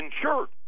insured